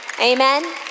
Amen